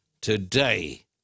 Today